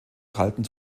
kaltem